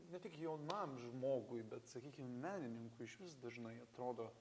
ne tik jaunam žmogui bet sakykim menininkui išvis dažnai atrodo